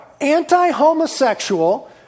anti-homosexual